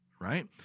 right